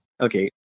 Okay